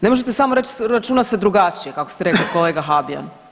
Ne možete samo reći računa se drugačije kako ste rekli kolega Habijan.